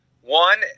One